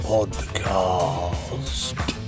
Podcast